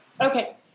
okay